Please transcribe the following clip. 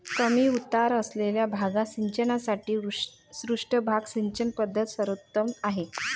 कमी उतार असलेल्या भागात सिंचनासाठी पृष्ठभाग सिंचन पद्धत सर्वोत्तम आहे